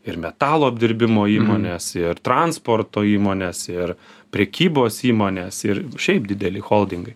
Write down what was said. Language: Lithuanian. ir metalo apdirbimo įmonės ir transporto įmonės ir prekybos įmonės ir šiaip dideli holdingai